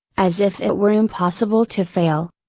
as if it were impossible to fail.